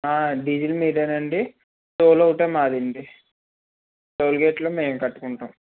diesel మీదే అండి toll ఒకటే మాది అండి టోల్ గేట్లు మేమే కట్టుకుంటాము